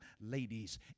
ladies